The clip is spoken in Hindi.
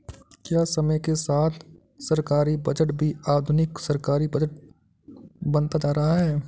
क्या समय के साथ सरकारी बजट भी आधुनिक सरकारी बजट बनता जा रहा है?